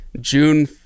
June